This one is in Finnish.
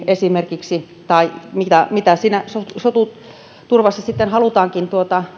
esimerkiksi tuloloukkuihin tai mitä mitä siinä sotuturvassa sitten halutaankin